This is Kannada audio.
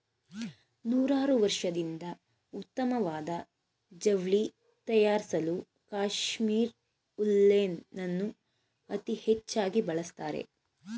ನೂರಾರ್ವರ್ಷದಿಂದ ಉತ್ತಮ್ವಾದ ಜವ್ಳಿ ತಯಾರ್ಸಲೂ ಕಾಶ್ಮೀರ್ ಉಲ್ಲೆನನ್ನು ಅತೀ ಹೆಚ್ಚಾಗಿ ಬಳಸ್ತಾರೆ